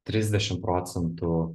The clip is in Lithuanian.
trisdešim procentų